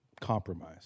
Compromise